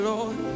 Lord